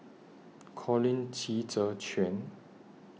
Colin Qi Zhe Quan